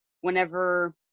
whenever